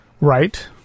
Right